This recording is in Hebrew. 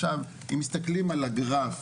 עכשיו אם מסתכלים על הגרף